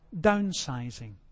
downsizing